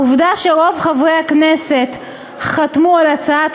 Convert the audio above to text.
העובדה שרוב חברי הכנסת חתמו על הצעת